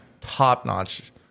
top-notch